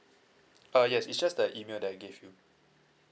uh yes it's just the email that I gave you